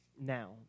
Now